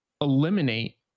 eliminate